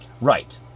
Right